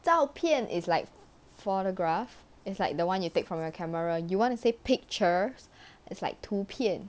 照片 is like photograph it's like the one you take from your camera you wanna say pictures it's like 图片